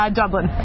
dublin